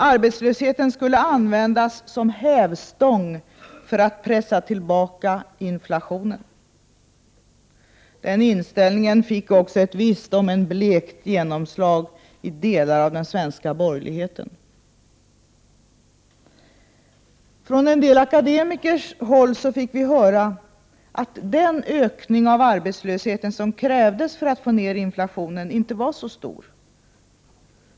Arbetslösheten skulle användas som hävstång för att pressa tillbaka inflationen. Den inställningen fick ett visst — om än blekt — genomslag också i delar av den svenska borgerligheten. Från en del akademiker fick vi höra, att den ökning av arbetslösheten som krävdes för att få ner inflationen inte var så stor.